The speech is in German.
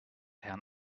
herrn